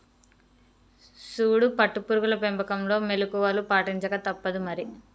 సూడు పట్టు పురుగుల పెంపకంలో మెళుకువలు పాటించక తప్పుదు మరి